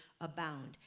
abound